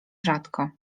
rzadko